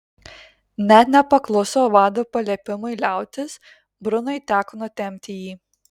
net nepakluso vado paliepimui liautis brunui teko nutempti jį